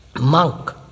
monk